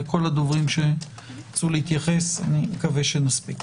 וכל הדוברים שירצו להתייחס אני מקווה שיספיקו.